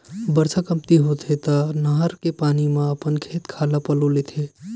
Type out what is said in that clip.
बरसा कमती होथे त नहर के पानी म अपन खेत खार ल पलो लेथन